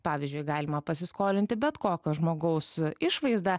pavyzdžiui galima pasiskolinti bet kokio žmogaus išvaizdą